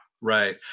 Right